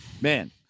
man